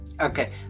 Okay